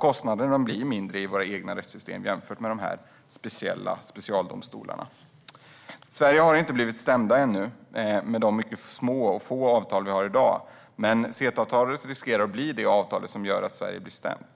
Kostnaderna blir mindre i våra egna rättssystem jämfört med de här specialdomstolarna. Sverige har ännu inte blivit stämt, med de mycket små och få avtal vi har i dag. Men CETA-avtalet riskerar att bli det avtal som gör att Sverige blir stämt.